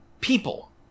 People